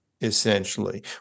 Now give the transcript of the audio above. essentially